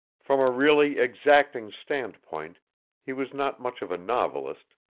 from a really exacting standpoint he was not much of a novelist,